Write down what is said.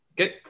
Okay